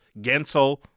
Gensel